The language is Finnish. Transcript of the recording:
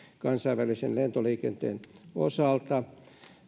kansainvälisen lentoliikenteen osalta